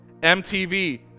MTV